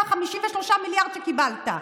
עם ה-53 מיליארד שקיבלת,